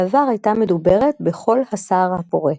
בעבר הייתה מדוברת בכל הסהר הפורה.